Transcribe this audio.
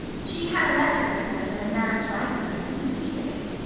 she had a letter this morning in a man's writing, and didn't speak of it.